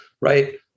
right